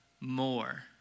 More